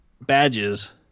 badges